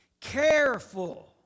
Careful